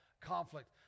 conflict